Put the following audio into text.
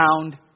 found